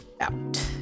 out